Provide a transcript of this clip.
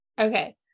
Okay